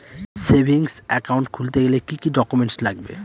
Savings account খুলতে গেলে কি কি ডকুমেন্টস লাগবে?